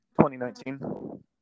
2019